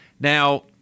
Now